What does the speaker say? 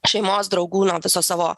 šeimos draugų nuo viso savo